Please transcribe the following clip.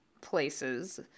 places